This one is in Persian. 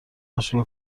مشغول